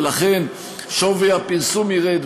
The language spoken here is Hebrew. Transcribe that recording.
ולכן שווי הפרסום ירד,